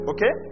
Okay